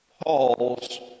Paul's